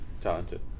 talented